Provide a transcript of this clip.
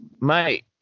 mate